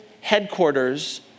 headquarters